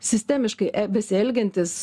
sistemiškai e besielgiantis